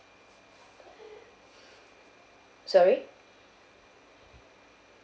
sorry